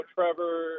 Trevor